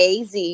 AZ